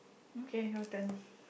okay your turn